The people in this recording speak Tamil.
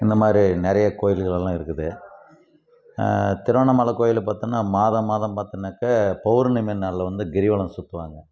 இந்தமாதிரி நிறைய கோவில்கள் எல்லாம் இருக்குது திருவண்ணாமலை கோயில் பார்த்திங்கன்னா மாதம் மாதம் பார்த்திங்கன்னாக்கா பௌர்ணமி நாளில் வந்து கிரிவலம் சுற்றுவாங்க